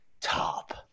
Top